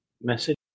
message